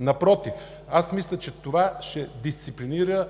Напротив, аз мисля, че това ще дисциплинира